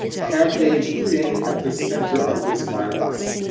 have they been at the center of this violence?